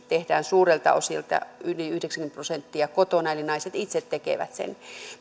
tehdään suurelta osilta yli yhdeksänkymmentä prosenttia kotona eli naiset itse tekevät sen